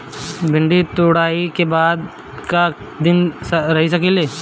भिन्डी तुड़ायी के बाद क दिन रही सकेला?